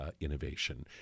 innovation